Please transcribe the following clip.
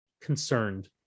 concerned